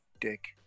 dick